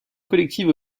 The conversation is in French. collective